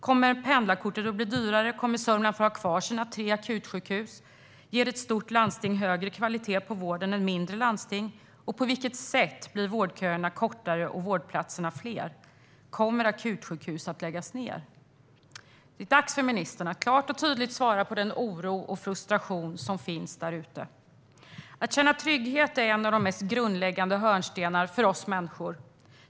Kommer pendlarkortet att bli dyrare? Kommer Sörmland att få ha kvar sina tre akutsjukhus? Ger ett stort landsting högre kvalitet på vården än mindre landsting? På vilket sätt blir vårdköerna kortare och vårdplatserna fler? Kommer akutsjukhus att läggas ned? Det är dags för ministern att klart och tydligt svara på frågor om den oro och frustration som finns där ute. Att känna trygghet är en av de mest grundläggande hörnstenarna för oss människor.